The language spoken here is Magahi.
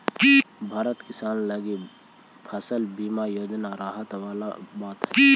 भारतीय किसान लगी फसल बीमा योजना राहत वाला बात हइ